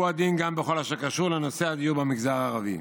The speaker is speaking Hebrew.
הוא הדין גם בכל מה שקשור לנושא הדיור במגזר הערבי.